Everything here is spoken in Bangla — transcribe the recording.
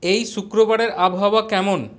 এই শুক্রবারের আবহাওয়া কেমন